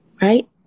Right